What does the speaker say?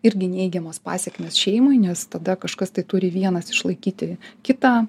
irgi neigiamos pasekmės šeimai nes tada kažkas tai turi vienas išlaikyti kitą